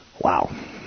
Wow